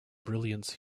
brilliance